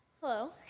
Hello